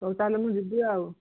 ହଉ ତାହେଲେ ମୁଁ ଯିବି ଆଉ